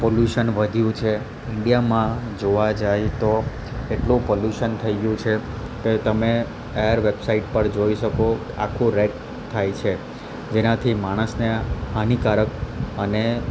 pollution વધ્યું છે ઇન્ડિયામાં જોવા જાઈ તો એટલું પોલ્યુસન થઈ ગયું છે કે તમે એર વેબસાઇટ પર જોઈ શકો આખું રેડ થાય છે જેનાથી માણસને હાનિકારક અને